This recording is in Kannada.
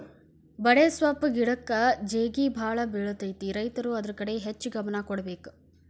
ಬಡೆಸ್ವಪ್ಪ್ ಗಿಡಕ್ಕ ಜೇಗಿಬಾಳ ಬಿಳತೈತಿ ರೈತರು ಅದ್ರ ಕಡೆ ಹೆಚ್ಚ ಗಮನ ಕೊಡಬೇಕ